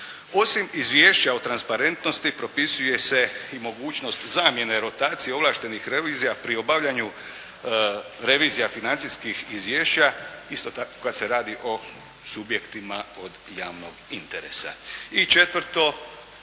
Osim izvješća o transparentnosti propisuje se i mogućnost zamjene rotacije ovlaštenih revizija pri obavljanju revizija financijskih izvješća kad se radi o subjektima od javnog interesa.